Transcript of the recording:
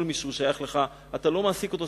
כל מי ששייך לך, אתה לא מעסיק אותו.